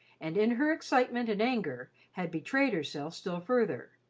and in her excitement and anger had betrayed herself still further.